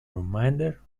remainder